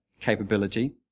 capability